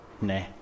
nah